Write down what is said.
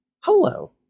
Hello